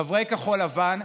חברי כחול לבן,